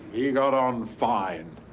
he got on fine.